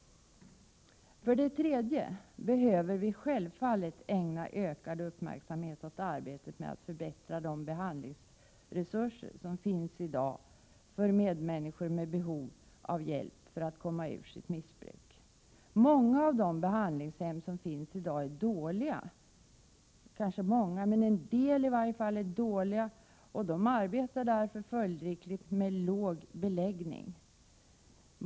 För det tredje behöver vi självfallet ägna ökad uppmärksamhet åt arbetet med att förbättra de behandlingsresurser som finns när det gäller medmänniskor med behov av hjälp för att komma ur sitt missbruk. En del av de behandlingshem som finns i dag är dåliga och arbetar därför följdriktigt med låg beläggning.